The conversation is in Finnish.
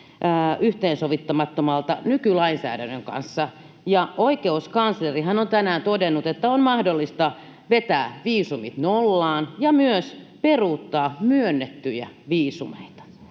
yhteensovittamattomalta nykylainsäädännön kanssa.” Ja oikeuskanslerihan on tänään todennut, että on mahdollista vetää viisumit nollaan ja myös peruuttaa myönnettyjä viisumeita.